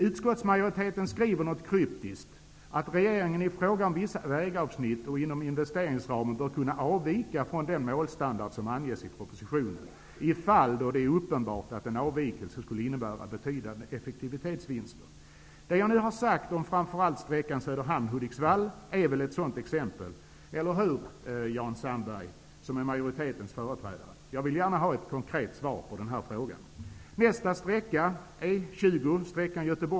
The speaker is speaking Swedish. Utskottsmajoriteten skriver något kryptiskt om att regeringen i fråga om vissa vägavsnitt och inom investeringsramen bör kunna avvika från den målstandard som anges i propositionen i fall då det är uppenbart att en avvikelse skulle innebära betydande effektivitetsvinster. Det jag nu har sagt om framför allt sträckan Söderhamn--Hudiksvall är väl ett sådant exempel, eller hur Jan Sandberg, som är majoritetens företrädare? Jag vill gärna ha ett konkret svar på den frågan.